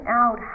out